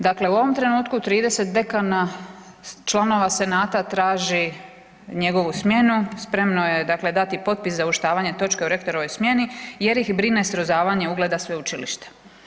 Dakle, u ovom trenutku 30 dekana, članova senata traži njegovu smjenu, spremno je dakle dati potpis za uvrštavanje točke o rektorovoj smjeni jer ih brine srozavanje ugleda sveučilišta.